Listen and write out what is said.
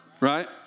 Right